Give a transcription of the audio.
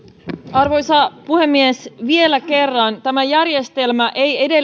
arvoisa puhemies vielä kerran tämä järjestelmä ei edelleenkään